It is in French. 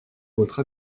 votre